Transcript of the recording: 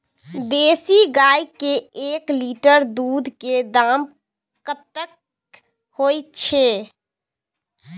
देसी गाय के एक लीटर दूध के दाम कतेक होय छै?